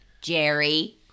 Jerry